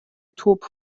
توپ